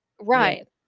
Right